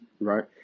right